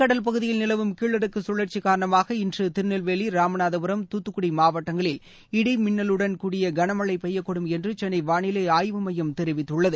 குமி கடல் பகுதியில் நிலவும் கீழடுக்கு கழற்சி காரணமாக இன்று திருநெல்வேலி ராமநாதபுரம் தூத்துக்குடி மாவட்டங்களில் இடி மின்னலுடன் கூடிய கனமழை பெய்யக்கூடும் என்று சென்னை வானிலை ஆய்வுமையம் தெரிவித்துள்ளது